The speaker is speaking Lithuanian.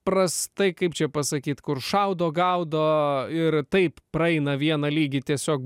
prastai kaip čia pasakyt kur šaudo gaudo ir taip praeina vieną lygį tiesiog